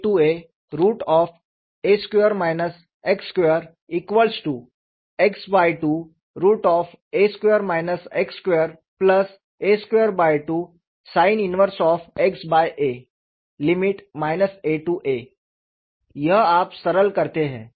aaa2 x2x2a2 x2a22sin 1xalimit यह आप सरल करते हैं